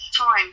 time